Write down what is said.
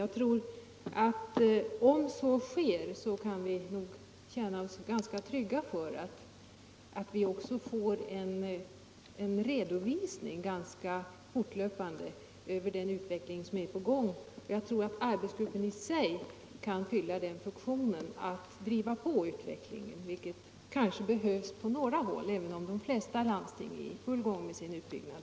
Jag tror att om så sker kan vi känna oss ganska trygga för att vi också får en fortlöpande redovisning av utvecklingen. Arbetsgruppen i sig kan, tror jag, fylla funktionen att driva på utvecklingen, vilket kan behövas på flera håll, även om en del landsting är i full gång med sin utbyggnad.